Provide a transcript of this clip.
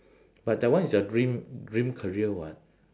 but that one is your dream dream career [what]